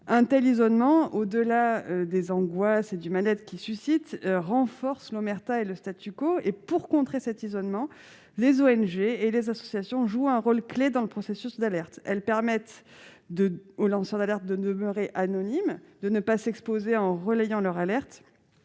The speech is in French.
Un tel isolement, au-delà des angoisses et du malaise qu'il suscite, renforce l'omerta et le. Pour contrer cet isolement, les ONG et les associations jouent un rôle clé dans le processus d'alerte. Elles permettent aux lanceurs d'alerte de demeurer anonymes et de ne pas s'exposer, en relayant leur alerte